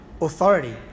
authority